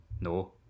No